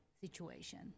situation